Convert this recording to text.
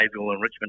enrichment